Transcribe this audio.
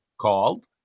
Called